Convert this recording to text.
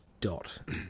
dot